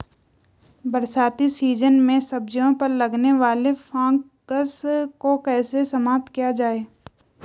बरसाती सीजन में सब्जियों पर लगने वाले फंगस को कैसे समाप्त किया जाए?